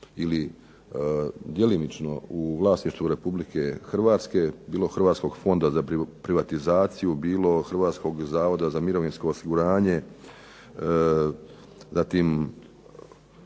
ili djelomično vlasništvu Republike Hrvatske, bilo Hrvatskog fonda za privatizaciju, bilo Hrvatskog zavoda za mirovinsko osiguranje, zatim